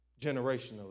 generationally